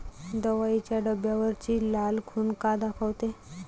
दवाईच्या डब्यावरची लाल खून का दाखवते?